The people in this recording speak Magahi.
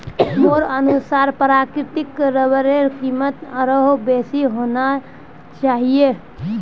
मोर अनुसार प्राकृतिक रबरेर कीमत आरोह बेसी होना चाहिए